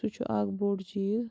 سُہ چھُ اَکھ بوٚڑ چیٖز